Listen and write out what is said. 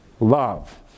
love